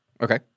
Okay